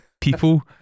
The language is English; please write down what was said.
people